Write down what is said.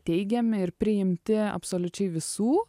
teigiami ir priimti absoliučiai visų